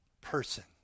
person